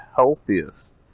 healthiest